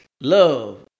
love